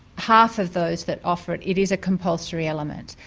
half of those that offer it, it is a compulsory element.